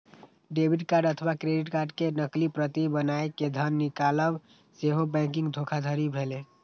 debit card अथवा credit card के नकली प्रति बनाय कें धन निकालब सेहो बैंकिंग धोखाधड़ी भेलै